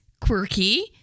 quirky